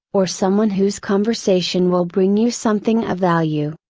or someone whose conversation will bring you something of value.